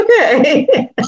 okay